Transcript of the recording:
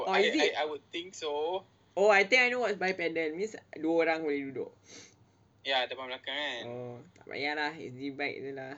or is it oh I think I know what is bipedal means dua orang boleh duduk mm tak payah lah easy bike jer lah